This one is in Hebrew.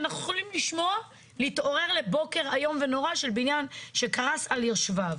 אנחנו יכולים להתעורר לבוקר איום ונורא של בניין שקרס על יושביו.